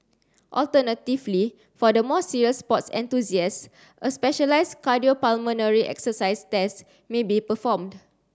alternatively for the more serious sports enthusiasts a specialised cardiopulmonary exercise test may be performed